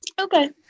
okay